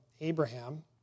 Abraham